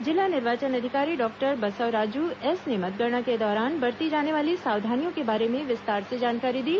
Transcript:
जिला निर्वाचन अधिकारी डॉ क्टर बसवराजु एस ने मतगणना के दौरान बरती जाने वाली सावधानियों के बारे में विस्तार से जानकारी दी